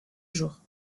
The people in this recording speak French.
jour